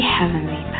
Heavenly